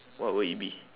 what would it be